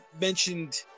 mentioned